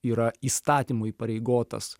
yra įstatymu įpareigotas